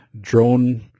drone